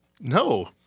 No